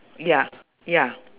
ya ya